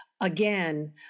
again